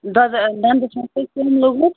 دَنٛدَس چھُوا تۄہہِ کیوٚم لوٚگمُت